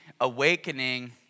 awakening